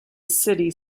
city